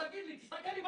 תגיד לי, תסתכל לי בעיניים.